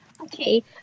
Okay